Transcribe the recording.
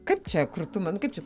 kaip čia krūtumo nu kaip čia